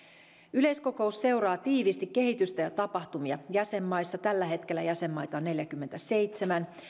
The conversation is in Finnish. yleiskokous seuraa tiiviisti kehitystä ja tapahtumia jäsenmaissa tällä hetkellä jäsenmaita on neljäkymmentäseitsemän